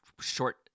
short